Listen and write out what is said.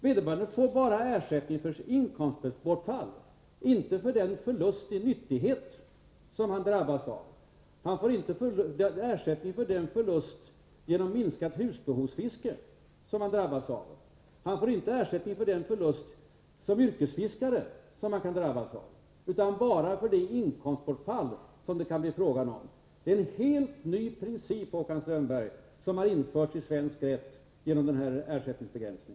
Vederbörande får bara ersättning för inkomstbortfall, inte för den förlust i nyttighet som han drabbas av. Han får inte ersättning för den förlust genom minskat husbehovsfiske som han drabbas av. Han får inte ersättning för den förlust som han kan drabbas av som yrkesfiskare, utan bara för det inkomstbortfall som det kan bli fråga om. Det är en helt ny princip, Håkan Strömberg, som har införts i svensk rätt genom denna ersättningsbegränsning.